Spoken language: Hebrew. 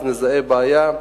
ואז נזהה בעיה,